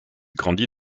grandit